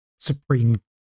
Supreme